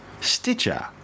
Stitcher